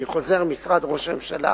אני חוזר, משרד ראש הממשלה,